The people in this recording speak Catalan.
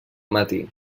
matí